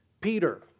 Peter